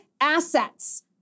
assets